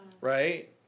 Right